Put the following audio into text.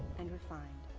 and refined.